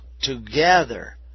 together